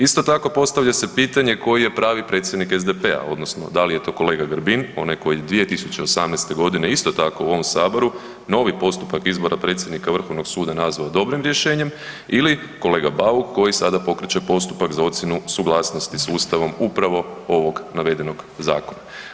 Isto tako postavlja se pitanje koji je pravi predsjednik SDP-a odnosno da li je to kolega Grbin, onaj koji je 2018.g. isto tako u ovom saboru novi postupak izbora predsjednika vrhovnog suda nazvao dobrim rješenjem ili kolega Bauk koji sada pokreće postupak za ocjenu suglasnosti s ustavom upravo ovog navedenog zakona?